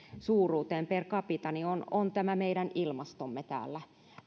suuruuteen per capita on on tämä meidän ilmastomme täällä